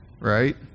Right